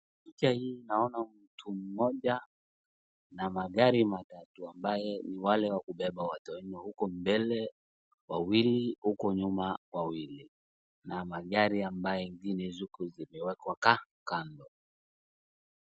Picha hii naona ni mtu mmoja na magari matatu ambaye ni wale wa Kubeba watu wenye wa huko mbele wawili, huko nyuma wawili na magari ambaye nzuri zimewekwa Kando.